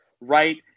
right